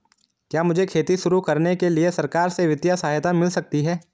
क्या मुझे खेती शुरू करने के लिए सरकार से वित्तीय सहायता मिल सकती है?